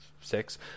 six